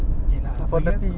okay lah bagi aku